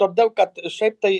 todėl kad šiaip tai